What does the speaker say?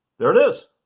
there it is.